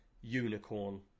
unicorn